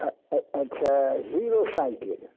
अच्छा Hero cycle